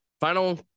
Final